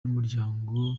n’umuryango